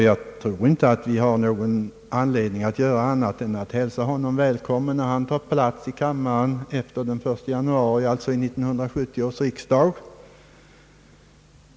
Jag tror inte vi har någon anledning att göra annat än att hälsa den nye välkommen när han tar plats i kammaren efter den 1 januari, alltså vid 1970 års riksdag.